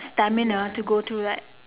stamina to go through that